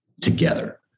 together